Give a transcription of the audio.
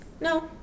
No